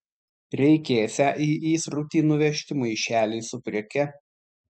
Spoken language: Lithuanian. reikėsią į įsrutį nuvežti maišelį su preke